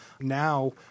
Now